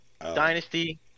Dynasty